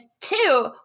two